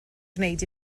gwneud